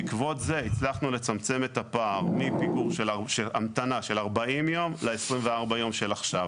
בעקבות זה הצלחנו לצמצם את הפער מהמתנה של 40 יום ל-24 יום של עכשיו.